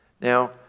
now